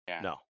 No